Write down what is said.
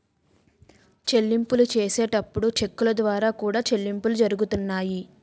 చెల్లింపులు చేసేటప్పుడు చెక్కుల ద్వారా కూడా చెల్లింపులు జరుగుతున్నాయి